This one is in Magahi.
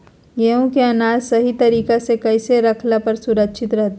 गेहूं के अनाज सही तरीका से कैसे रखला पर सुरक्षित रहतय?